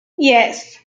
yes